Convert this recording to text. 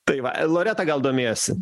tai va loreta gal domėjosi